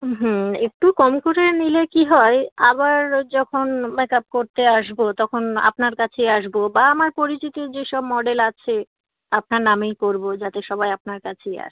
হুম একটু কম করে নিলে কী হয় আবার যখন মেক আপ করতে আসবো তখন আপনার কাছেই আসবো বা আমার পরিচিত যে সব মডেল আছে আপনার নামেই করবো যাতে সবাই আপনার কাছেই আসে